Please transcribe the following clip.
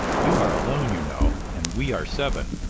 you are alone, you know, and we are seven.